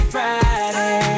Friday